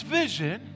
vision